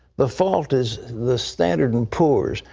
the fault is the standard and poor's.